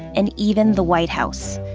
and even the white house.